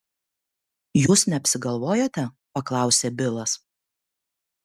jūs neapsigalvojote paklausė bilas